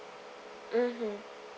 mmhmm